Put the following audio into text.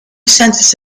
census